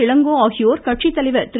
இளங்கோ ஆகியோர் கட்சித்தலைவர் திரு